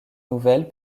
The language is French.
nouvelles